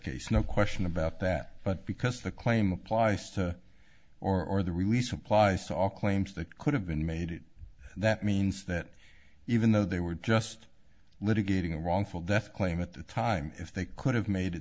case no question about that but because the claim applies to or the release applies to all claims that could have been made that means that even though they were just litigating a wrongful death claim at the time if they could have made a